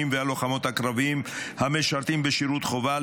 והלוחמות הקרביים המשרתים בשירות חובה,